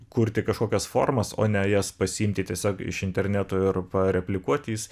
kurti kažkokias formas o ne jas pasiimti tiesiog iš interneto ir pareplikuotis